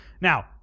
Now